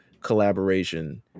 collaboration